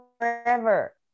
forever